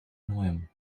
neuem